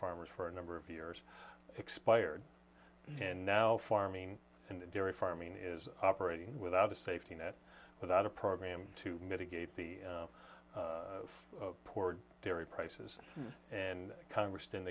farmers for a number of years expired and now farming and dairy farming is operating without a safety net without a program to mitigate the poor dairy prices and congress didn't